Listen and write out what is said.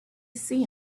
see